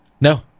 No